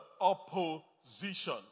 opposition